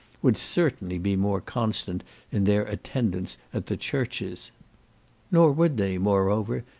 would certainly be more constant in their attendance at the churches nor would they, moreover,